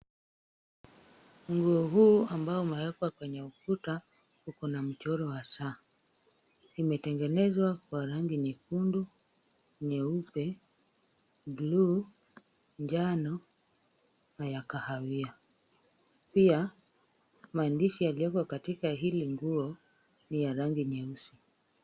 Nguo hii ambayo imeekewa kwenye ukuta iko na mchoro wa saa. Imetengenezwa kwa rangi nyekundu, nyeupe, buluu, njano na ya kahawia. Pia maandishi yaliyoko katika hili nguo, ni ya rangi nyeusi.